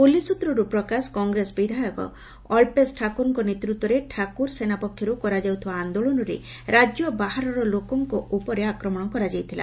police ସୂତ୍ରରୁ ପ୍ରକାଶ କଂଗ୍ରେସ ବିଧାୟକ ଅଟ୍ଟେସ୍ ଠାକୁରଙ୍କ ନେତୃତ୍ୱରେ ଠାକୁର ସେନା ପକ୍ଷର୍ କରାଯାଉଥିବା ଆନ୍ଦୋଳନରେ ରାଜ୍ୟ ବାହାରର ଲୋକ ଉପରେ ଆକ୍ରମଣ କରାଯାଇଥିଲା